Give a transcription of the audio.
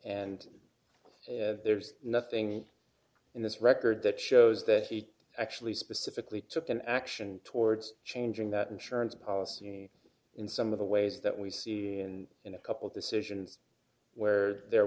away and there's nothing in this record that shows that he actually specifically took an action towards changing that insurance policy in some of the ways that we see and in a couple decisions where there